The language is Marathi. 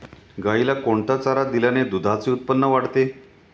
गाईला कोणता चारा दिल्याने दुधाचे उत्पन्न वाढते?